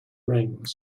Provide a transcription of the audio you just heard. rings